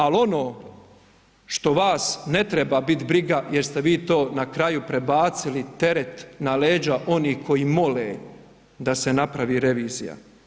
Ali ono što vas ne treba biti briga jer ste vi to na kraju prebacili teret na leđa onih koji mole da se napravi revizija.